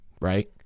right